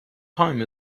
time